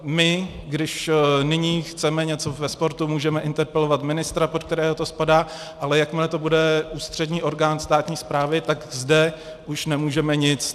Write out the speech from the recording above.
My když nyní chceme něco ve sportu, můžeme interpelovat ministra, pod kterého to spadá, ale jakmile to bude ústřední orgán státní správy, tak zde už nemůžeme nic.